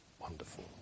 Wonderful